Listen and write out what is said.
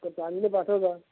फक्त चांगलं पाठव जा